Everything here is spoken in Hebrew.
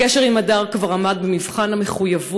הקשר עם הדר כבר עמד במבחן המחויבות